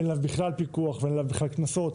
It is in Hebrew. אין עליו בכלל פיקוח ואין עליו בכלל קנסות,